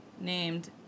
named